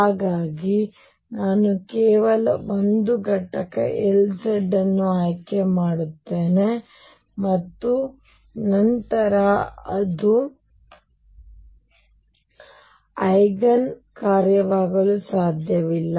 ಹಾಗಾಗಿ ನಾನು ಕೇವಲ 1 ಘಟಕ Lz ಅನ್ನು ಆಯ್ಕೆ ಮಾಡುತ್ತೇನೆ ಮತ್ತು ನಂತರ ಅದು ಐಗನ್ ಕಾರ್ಯವಾಗಲು ಸಾಧ್ಯವಿಲ್ಲ